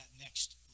next